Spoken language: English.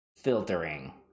filtering